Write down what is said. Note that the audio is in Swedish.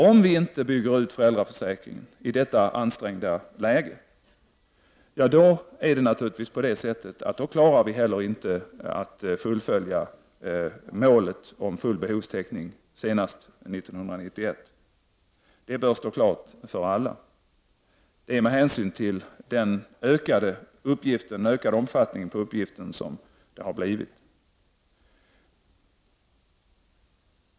Om vi inte bygger ut föräldraförsäkringen i detta ekonomiskt ansträngda läge, då klarar vi heller inte att fullfölja målet om full behovstäckning senast 1991. Det bör stå klart för alla. Det är med hänsyn till den ökade omfattningen på uppgiften som det blir på det sättet.